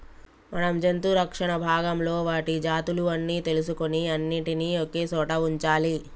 మనం జంతు రక్షణ భాగంలో వాటి జాతులు అన్ని తెలుసుకొని అన్నిటినీ ఒకే సోట వుంచాలి